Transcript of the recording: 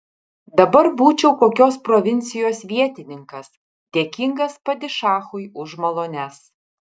dabar būčiau kokios provincijos vietininkas dėkingas padišachui už malones